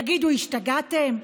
תגידו, השתגעתם?